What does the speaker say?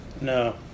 No